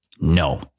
No